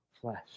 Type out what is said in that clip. flesh